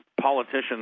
politicians